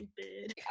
stupid